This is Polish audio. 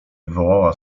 wywołała